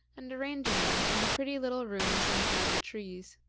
and arranging them in the pretty little rooms inside the trees.